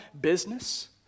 business